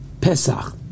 Pesach